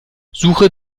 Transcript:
suche